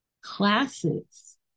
classes